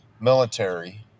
military